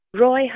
Roy